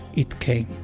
it came.